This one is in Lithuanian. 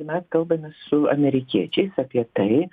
mes kalbamės su amerikiečiais apie tai